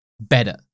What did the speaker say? better